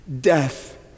Death